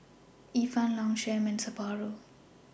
Ifan Longchamp and Sapporo